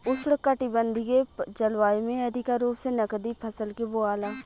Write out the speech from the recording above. उष्णकटिबंधीय जलवायु में अधिका रूप से नकदी फसल के बोआला